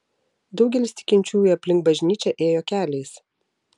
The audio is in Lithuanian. daugelis tikinčiųjų aplink bažnyčią ėjo keliais